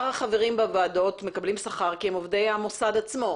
הוועדות: הוועדות הן מקצועיות,